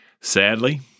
Sadly